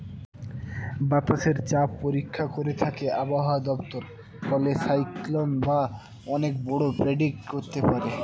বাতাসের চাপ পরীক্ষা করে থাকে আবহাওয়া দপ্তর ফলে সাইক্লন বা অনেক ঝড় প্রেডিক্ট করতে পারে